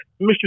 Mr